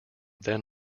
then